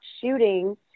shooting